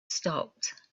stopped